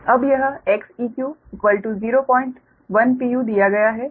अब यह Xeq 010 Pu दिया गया है